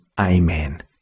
Amen